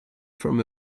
from